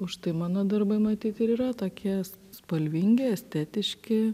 užtai mano darbai matyt ir yra tokie spalvingi estetiški